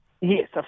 Yes